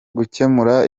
gukemura